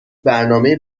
برنامه